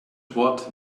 watt